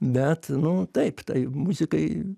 bet nu taip tai muzikai